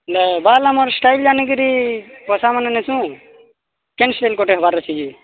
ବାର number style ଜାଣିକରି ପଇସାମାନେ ନେଇଁସୁ କେନ୍ ଶେନ୍ କଟିଙ୍ଗ୍ ହେବାରେ ଅଛି ଯେ